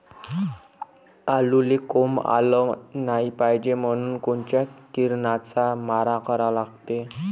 आलूले कोंब आलं नाई पायजे म्हनून कोनच्या किरनाचा मारा करा लागते?